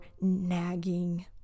nagging